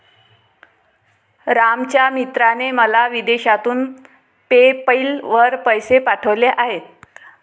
रामच्या मित्राने मला विदेशातून पेपैल वर पैसे पाठवले आहेत